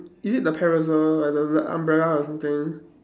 is it the parasol like the the umbrella or something